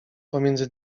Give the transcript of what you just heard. pomiędzy